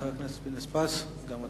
חבר הכנסת פינס-פז, אתה